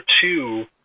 two